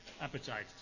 appetite